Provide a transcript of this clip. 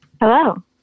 Hello